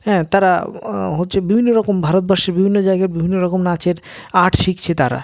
হ্যাঁ তারা হচ্ছে বিভিন্ন রকম ভারতবাসীর বিভিন্ন জায়গায় বিভিন্ন রকম নাচের আর্ট শিখছে তারা